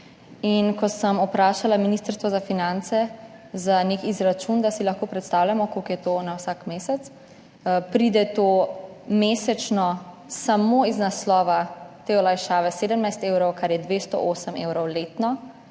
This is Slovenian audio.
ko sem vprašala Ministrstvo za finance za nek izračun, da si lahko predstavljamo, koliko je to vsak mesec, pride to mesečno samo iz naslova te olajšave 17 evrov, kar je 208 evrov letno,